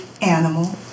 animal